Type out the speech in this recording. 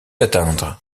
atteindre